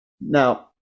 Now